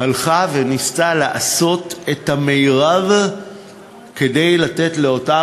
הלכה וניסתה לעשות את המרב כדי לתת לאותה